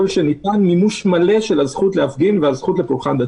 שניתן מימוש מלא של הזכות להפגין והזכות לפולחן דתי.